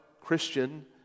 Christian